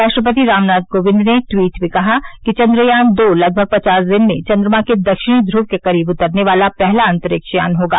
राष्ट्रपति रामनाथ कोविंद ने ट्वीट में कहा कि चंद्रयान दो लगभग पचास दिन में चंद्रमा के दक्षिणी ध्रव के करीब उतरने वाला पहला अंतरिक्ष यान होगा